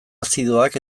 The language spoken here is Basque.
azidoak